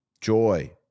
joy